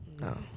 no